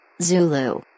Zulu